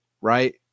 right